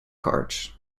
cards